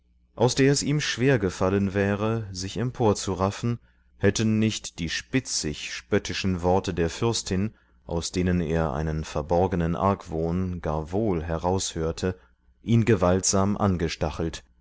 aus der es ihm schwer gefallen wäre sich emporzuraffen hätten nicht die spitzig spöttischen worte der fürstin aus denen er einen verborgenen argwohn gar wohl heraushörte ihn gewaltsam aufgestachelt